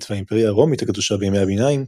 והאימפריה הרומית הקדושה בימי הביניים,